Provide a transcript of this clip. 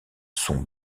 sont